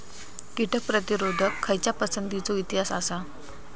कीटक प्रतिरोधक खयच्या पसंतीचो इतिहास आसा?